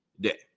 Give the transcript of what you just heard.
day